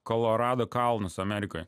kolorado kalnus amerikoje